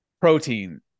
protein